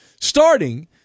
starting